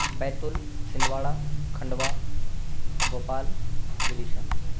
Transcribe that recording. Betul Chhindwara Khandwa Bhopal Vidisha